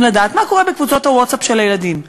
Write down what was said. לדעת מה קורה בקבוצות הווטסאפ של הילדים?